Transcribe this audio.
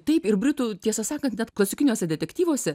taip ir britų tiesą sakant net klasikiniuose detektyvuose